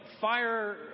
fire